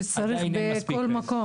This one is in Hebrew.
שצריך בכל מקום.